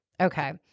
Okay